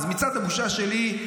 אז מצעד הבושה שלי,